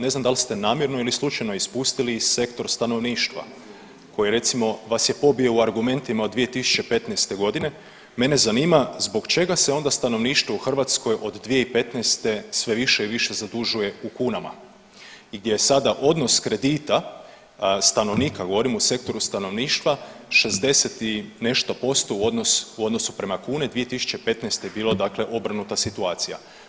Ne znam da li ste namjerno ili slučajno ispustili i sektor stanovništva koje recimo vas je pobio u argumentima od 2015.g., mene zanima zbog čega se onda stanovništvo u Hrvatskoj od 2015. sve više i više zadužuje u kunama, gdje je sada odnos kredita stanovnika, govorim u sektoru stanovništva, 60 i nešto posto u odnosu prema kuni, 2015. je bila obrnuta situacija.